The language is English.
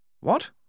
What